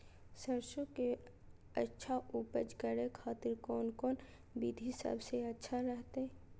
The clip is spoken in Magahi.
सरसों के अच्छा उपज करे खातिर कौन कौन विधि सबसे अच्छा रहतय?